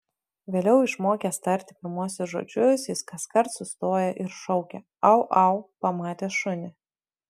vėliau išmokęs tarti pirmuosius žodžius jis kaskart sustoja ir šaukia au au pamatęs šunį